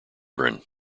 children